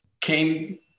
came